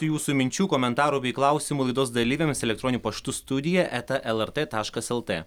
jūsų minčių komentarų bei klausimų laidos dalyviams elektroniniu paštu studija eta lrt taškas lt